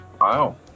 Wow